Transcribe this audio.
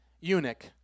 eunuch